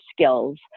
skills